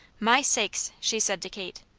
my sakes! she said to kate.